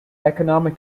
economic